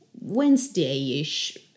Wednesday-ish